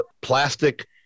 plastic